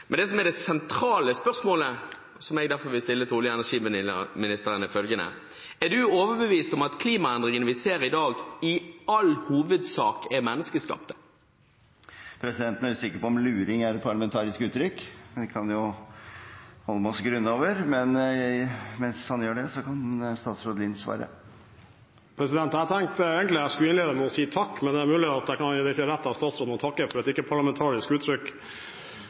men det sentrale spørsmålet, som jeg derfor vil stille til olje- og energiministeren, er følgende: Er statsråden overbevist om at klimaendringene vi ser i dag, i all hovedsak er menneskeskapte? Presidenten er usikker på om «luring» er et parlamentarisk uttrykk. Det kan jo representanten Heikki Eidsvoll Holmås grunne over, og mens han gjør det, kan statsråd Lien svare. Jeg tenkte egentlig jeg skulle innlede med å si takk, men det er mulig at det ikke blir rett av statsråden å takke for et uparlamentarisk uttrykk.